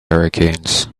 hurricanes